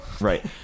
Right